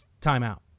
timeout